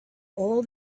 all